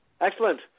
Excellent